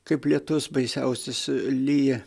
kaip lietus baisiausias lyja